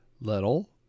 little